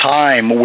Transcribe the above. time